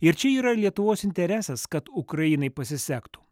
ir čia yra lietuvos interesas kad ukrainai pasisektų